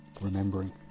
remembering